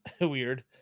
weird